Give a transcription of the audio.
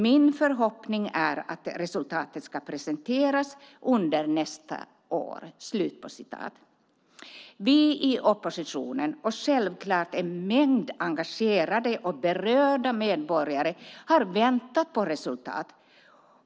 Min förhoppning är att resultatet ska presenteras under nästa år." Vi i oppositionen, och självklart en mängd engagerade och berörda medborgare, har väntat på resultatet.